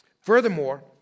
Furthermore